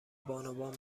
بانوان